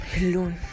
alone